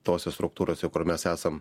tose struktūrose kur mes esam